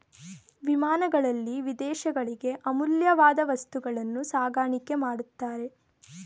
ವಿಮಾನಗಳಲ್ಲಿ ವಿದೇಶಗಳಿಗೆ ಅಮೂಲ್ಯವಾದ ವಸ್ತುಗಳನ್ನು ಸಾಗಾಣಿಕೆ ಮಾಡುತ್ತಾರೆ